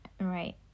Right